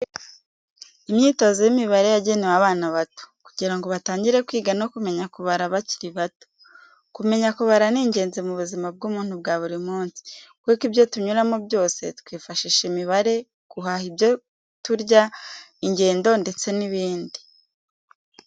Imyitozo y'imibare yagenewe abana bato, kugira ngo batangire kwiga no kumenya kubara bakiri bato. Kumenya kubara ni ingenzi mu buzima bw'umuntu bwa buri munsi, kuko ibyo tunyuramo byose twifashisha imibare, guhaha ibyo turya, ingendo ndetse n'ibindi.